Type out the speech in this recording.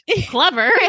Clever